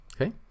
okay